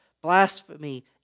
blasphemy